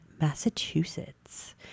Massachusetts